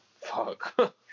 fuck